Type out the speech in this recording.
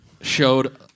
showed